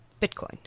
Bitcoin